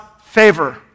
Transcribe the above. favor